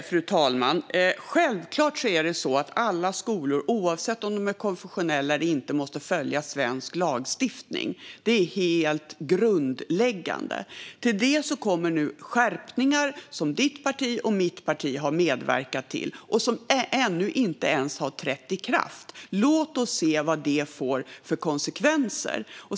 Fru talman! Självklart är det så att alla skolor, oavsett om de är konfessionella eller inte, måste följa svensk lagstiftning. Det är helt grundläggande. Till det kommer nu de skärpningar som interpellantens och mitt parti har medverkat till och som ännu inte ens har trätt i kraft. Låt oss se vad de får för konsekvenser!